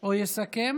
או יסכם